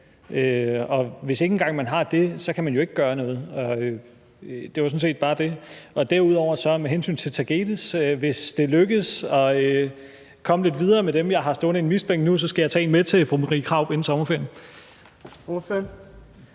Hvis ikke engang man har det, kan man jo ikke gøre noget. Det var sådan set bare det. Derudover, med hensyn til tagetes kan jeg sige, at hvis det lykkes at komme lidt videre med dem, jeg har stående i en mistbænk nu, så skal jeg tage en med til fru Marie Krarup inden sommerferien.